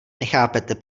nechápete